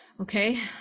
okay